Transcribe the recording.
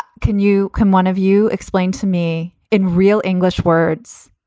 can you can one of you explain to me in real english words?